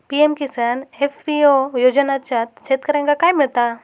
PM Kisan FPO योजनाच्यात शेतकऱ्यांका काय मिळता?